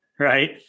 Right